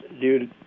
due